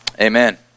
amen